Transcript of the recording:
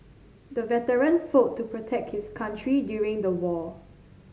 the veteran fought to protect his country during the war